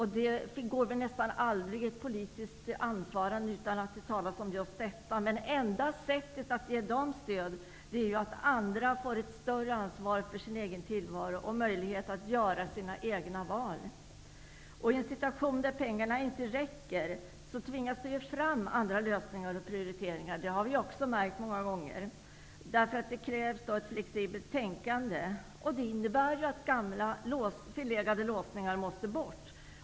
I nästan varje politiskt anförande talas det väl om just detta. Men enda sättet att ge de svaga stöd är att andra får ta ett större ansvar för sin tillvaro och får möjligheter att själva välja. I en situation där pengarna inte räcker tvingas andra lösningar och prioriteringar fram. Det har vi också många gånger märkt. Det krävs ju ett flexibelt tänkande, och det innebär att förlegade tankar och låsningar måste bort.